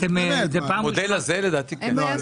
את המודל הזה, לדעתי כן.